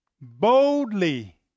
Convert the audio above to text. boldly